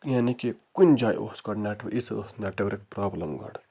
یعنی کہ کُنہِ جاے اوس گۄڈٕ نٮ۪ٹورک ییٖژاہ ٲسۍ نٮ۪ٹورک پرٛابلِم گۄڈٕ